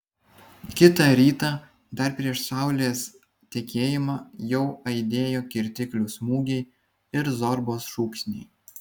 kitą rytą dar prieš saulės tekėjimą jau aidėjo kirtiklių smūgiai ir zorbos šūksniai